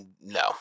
no